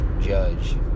judge